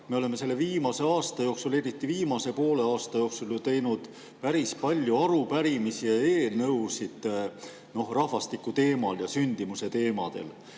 me oleme viimase aasta jooksul, eriti viimase poole aasta jooksul teinud päris palju arupärimisi ja eelnõusid rahvastiku ja sündimuse teemadel.